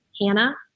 Hannah